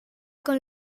con